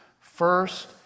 First